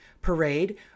parade